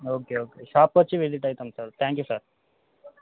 okay okay షాప్కు వచ్చి visit అవుతాం సార్ థ్యాంక్ యూ సార్